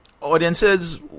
audiences